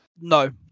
No